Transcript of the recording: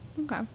Okay